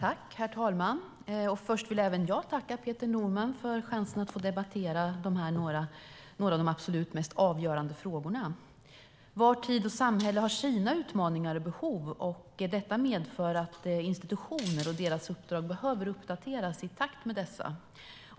Herr talman! Först vill även jag tacka Peter Norman för chansen att debattera några av de absolut mest avgörande frågorna. Var tid och samhälle har sina utmaningar och behov, och detta medför att institutioner och deras uppdrag behöver uppdateras i takt med dessa.